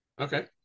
Okay